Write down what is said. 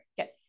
Okay